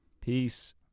Peace